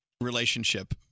relationship